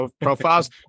profiles